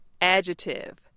Adjective